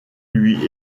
lui